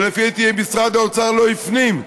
ולפי דעתי, משרד האוצר לא הפנים,